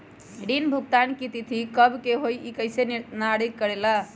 ऋण भुगतान की तिथि कव के होई इ के निर्धारित करेला?